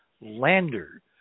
lander